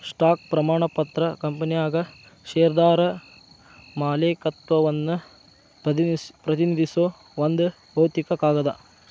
stock ಪ್ರಮಾಣ ಪತ್ರ ಕಂಪನ್ಯಾಗ ಷೇರ್ದಾರ ಮಾಲೇಕತ್ವವನ್ನ ಪ್ರತಿನಿಧಿಸೋ ಒಂದ್ ಭೌತಿಕ ಕಾಗದ